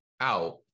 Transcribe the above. out